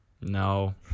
No